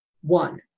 One